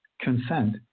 consent